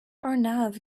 arnav